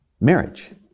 marriage